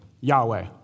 Yahweh